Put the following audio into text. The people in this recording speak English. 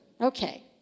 Okay